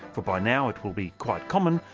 for by now it will be quite common,